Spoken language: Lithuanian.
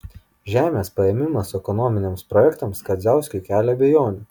žemės paėmimas ekonominiams projektams kadziauskui kelia abejonių